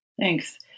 Thanks